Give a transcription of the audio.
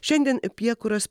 šiandien piekuras